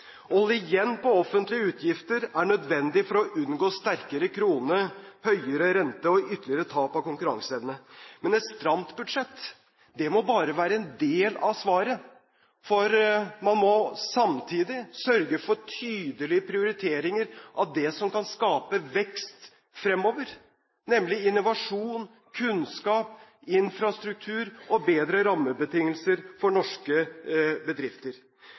igjen på offentlige utgifter er nødvendig for å unngå sterkere krone, høyre rente og ytterligere tap av konkurranseevne. Men et stramt budsjett må bare være en del av svaret, for man må samtidig sørge for tydelige prioriteringer av det som kan skape vekst fremover, nemlig innovasjon, kunnskap, infrastruktur og bedre rammebetingelser for norske bedrifter.